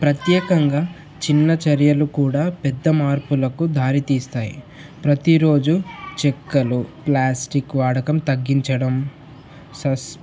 ప్రత్యేకంగా చిన్న చర్యలు కూడా పెద్ద మార్పులకు దారితీస్తాయి ప్రతిరోజు చెక్కలు ప్లాస్టిక్ వాడకం తగ్గించడం సస్